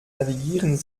navigieren